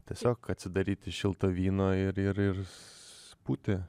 tiesiog atsidaryti šilto vyno ir ir būti